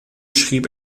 schrieb